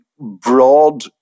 broad